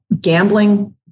gambling